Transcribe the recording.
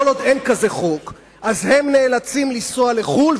כל עוד אין כזה חוק הם נאלצים לנסוע לחו"ל,